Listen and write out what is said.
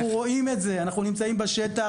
אנחנו רואים את זה, אנחנו נמצאים בשטח.